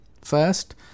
first